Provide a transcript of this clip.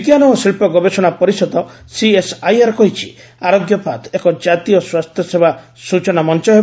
ବିଜ୍ଞାନ ଓ ଶିଳ୍ପ ଗବେଷଣା ପରିଷଦ ସିଏସ୍ଆଇଆର୍ କହିଛି ଆରୋଗ୍ୟପାଥ୍ ଏକ ଜାତୀୟ ସ୍ୱାସ୍ଥ୍ୟସେବା ସୂଚନା ମଞ୍ଚ ହେବ